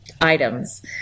items